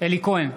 אלי כהן,